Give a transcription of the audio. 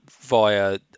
via